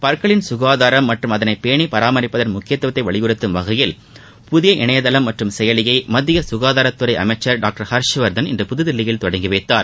பற்களின் ககாதாரம் மற்றும் அதனை பேணி பராமரிப்பதன் முக்கியத்துவத்தை வலியுறுத்தும் வகையில் புதிய இணையதளம் மற்றும் செயலியைமத்திய சுகாதாரத்துறை அமைச்சர் டாக்டர் ஹர்ஷ்வர்தன் இன்று புதுதில்லியில் தொடங்கி வைத்தார்